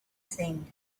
thing